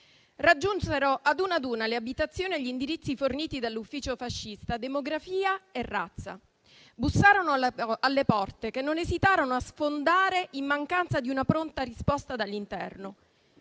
Raggiunsero ad una ad una le abitazioni agli indirizzi forniti dall'ufficio fascista demografia e razza e bussarono alle porte, che non esitarono a sfondare in mancanza di una pronta risposta dall'interno.